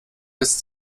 lässt